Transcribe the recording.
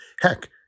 Heck